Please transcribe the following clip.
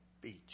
Beach